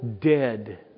dead